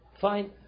Fine